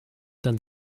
dann